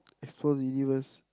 explore the universe